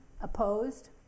opposed